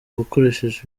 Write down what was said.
wakoresheje